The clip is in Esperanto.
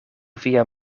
via